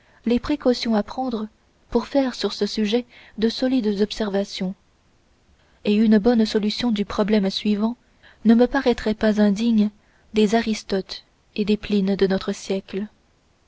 les précautions à prendre pour faire sur ce sujet de solides observations et une bonne solution du problème suivant ne me paraîtrait pas indigne des aristotes et des plines de notre siècle